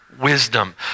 wisdom